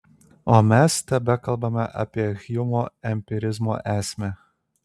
o mes tebekalbame apie hjumo empirizmo esmę